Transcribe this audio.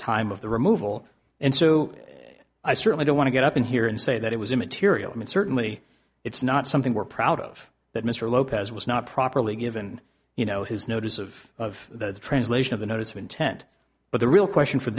time of the removal and so i certainly don't want to get up in here and say that it was immaterial and certainly it's not something we're proud of that miss lopez was not properly given you know his notice of of the translation of the notice of intent but the real question for